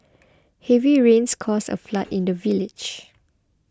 heavy rains caused a flood in the village